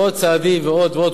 ועוד צעדים ועוד ועוד,